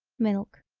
milk.